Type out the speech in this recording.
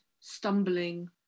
stumbling